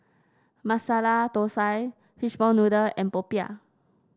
Masala Thosai Fishball Noodle and popiah